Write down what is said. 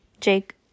Jake